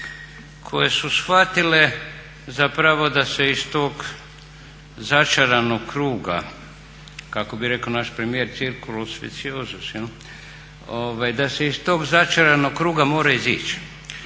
koje su shvatile zapravo da se iz tog začaranog kruga kako bi rekao naš premijer …/Govornik se ne razumije./… da se iz tog začaranog kruga mora izići.